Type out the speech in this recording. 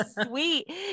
sweet